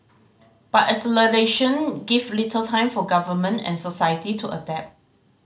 but acceleration give little time for government and society to adapt